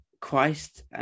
Christ